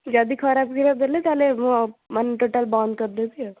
ଯଦି ଖରାପ କ୍ଷୀର ଦେଲେ ତା'ହେଲେ ମୁଁ ଆଉ ମାନେ ଟୋଟାଲ୍ ବନ୍ଦ କରିଦେବି ଆଉ